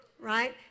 right